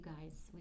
guys